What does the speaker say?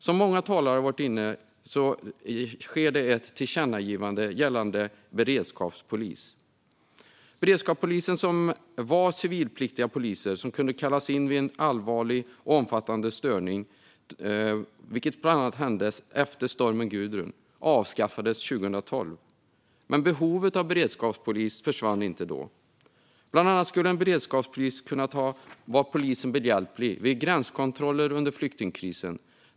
Som många talare varit inne på finns det förslag om ett tillkännagivande gällande beredskapspolisen. Beredskapspoliser var civilpliktiga poliser som kunde kallas in vid en allvarlig eller omfattande störning, vilket bland annat hände efter stormen Gudrun. Beredskapspolisen avskaffades 2012, men behovet av den försvann inte då. Bland annat skulle en beredskapspolis ha kunnat vara polisen behjälplig vid gränskontroller under flyktingkrisen.